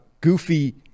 goofy